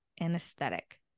anesthetic